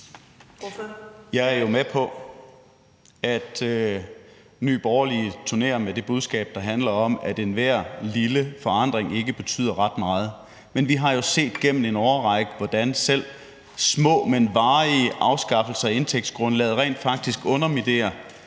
Jeg er jo med på, at Nye Borgerlige turnerer med det budskab, der handler om, at enhver lille forandring ikke betyder ret meget. Men vi har jo gennem en årrække set, hvordan selv små, men varige afskaffelser af indtægtsgrundlaget rent faktisk underminerer